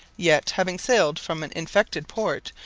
yet, having sailed from an infected port,